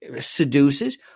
Seduces